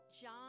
John